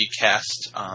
Cast